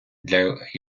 для